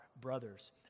brothers